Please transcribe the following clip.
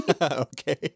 Okay